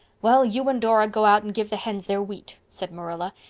well, you and dora go out and give the hens their wheat, said marilla.